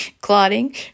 clotting